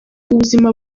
ubuzima